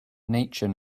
nature